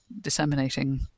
disseminating